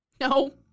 No